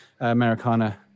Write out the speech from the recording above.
Americana